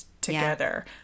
Together